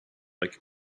like